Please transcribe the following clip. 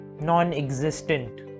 non-existent